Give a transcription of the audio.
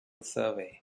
survey